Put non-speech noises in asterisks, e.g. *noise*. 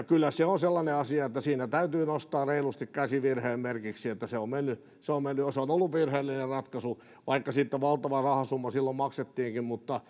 *unintelligible* kyllä se on sellainen asia että siinä täytyy nostaa reilusti käsi virheen merkiksi että se on mennyt ja se on ollut virheellinen ratkaisu vaikka siitä valtava rahasumma silloin maksettiinkin